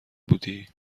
بودی